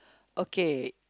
okay